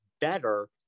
better